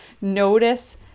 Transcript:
notice